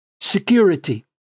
security